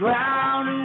Ground